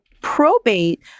probate